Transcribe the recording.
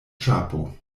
ĉapo